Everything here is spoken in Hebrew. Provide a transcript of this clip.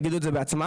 יגידו את זה בעצמם.